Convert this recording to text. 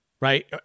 Right